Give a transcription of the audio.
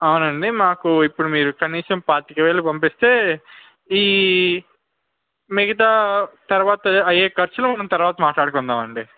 అవును అండి మాకు ఇప్పుడు మీరు కనీసం పాతికవేలు పంపిస్తే ఈ మిగతా తరువాత అయ్యే ఖర్చులు మనం తరువాత మాట్లాడుకుందాము అండి